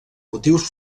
motius